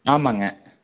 ஆமாங்க